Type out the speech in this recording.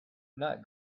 not